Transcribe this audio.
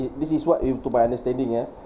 it this is what you to my understanding ah